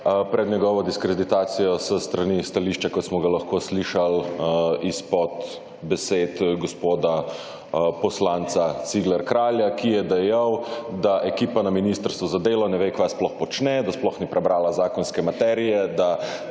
Pred njegovo diskreditacijo s strani stališča, kot smo ga lahko slišali izpod besed gospoda poslanca Cigler Kralja, ki je dejal, da ekipa na ministrstvu za delo ne ve kaj sploh počne, da sploh ni prebrala zakonske materije, da